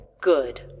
good